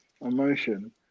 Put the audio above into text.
Emotion